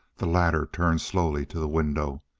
the latter turned slowly to the window.